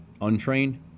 untrained